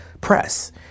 press